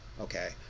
okay